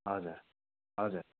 हजुर हजुर